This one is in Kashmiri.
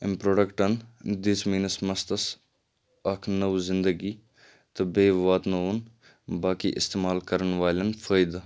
أمۍ پرٛوڈَکٹَن دِژ میٛٲنِس مَستَس اکھ نٔو زِندگی تہٕ بیٚیہِ واتنووُن باقٕے اِستعمال کرَن والیٚن فٲیدٕ